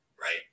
right